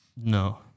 no